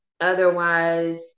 otherwise